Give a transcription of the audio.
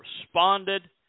responded